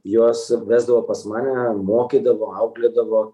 juos vesdavo pas mane mokydavo auklėdavo